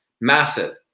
massive